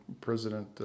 President